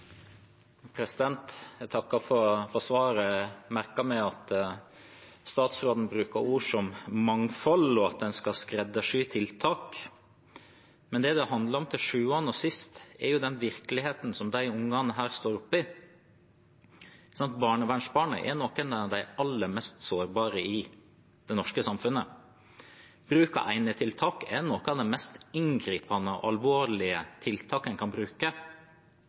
Jeg takker for svaret. Jeg merker meg at statsråden bruker ord som mangfold, og at en skal skreddersy tiltak. Men det som det til sjuende og sist handler om, er den virkeligheten som disse ungene står oppe i. Barnevernsbarna er noen av de aller mest sårbare i det norske samfunnet. Bruk av enetiltak er noe av det mest inngripende og alvorlige tiltak en kan bruke.